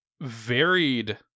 varied